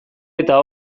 eta